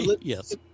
yes